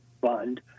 Fund